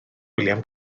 william